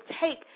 take